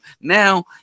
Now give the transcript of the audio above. Now